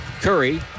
curry